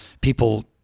people